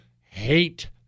hate